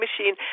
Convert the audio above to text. machine